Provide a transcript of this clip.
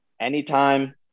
anytime